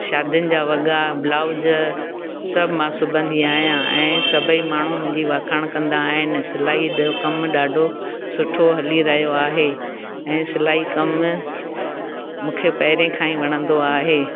शादियुनि जा वॻा ब्लाउज सभु मां सिबंदी आहियां ऐं सभई माण्हू मुंहिंजी वखाण कंदा आहिनि सिलाई ॿियो कमु ॾाढो सुठो हली रहियो आहे ऐं सिलाई कमु मूंखे पहिरें खां ई वणंदो आहे